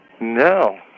No